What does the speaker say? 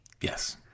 Yes